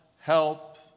help